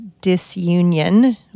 disunion